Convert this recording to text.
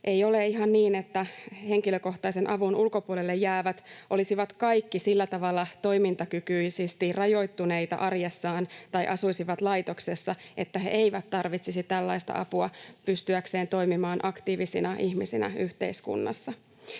Ei ole ihan niin, että henkilökohtaisen avun ulkopuolelle jäävät olisivat kaikki sillä tavalla toimintakykyisesti rajoittuneita arjessaan tai asuisivat laitoksessa, että he eivät tarvitsisi tällaista apua pystyäkseen toimimaan aktiivisina ihmisinä yhteiskunnassa.